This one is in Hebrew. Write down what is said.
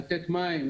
לתת מים,